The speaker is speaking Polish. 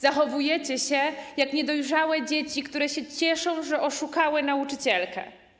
Zachowujecie się jak niedojrzałe dzieci, które się cieszą, że oszukały nauczycielkę.